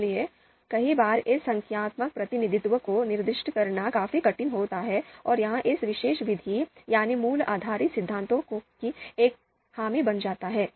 इसलिए कई बार इस संख्यात्मक प्रतिनिधित्व को निर्दिष्ट करना काफी कठिन होता है और यह इस विशेष विधि यानी मूल्य आधारित सिद्धांतों की एक खामी बन जाता है